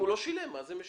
אם הוא לא שילם, מה זה משנה?